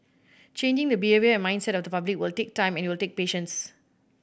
changing the behaviour and mindset of the public will take time and it will take patience